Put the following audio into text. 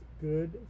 good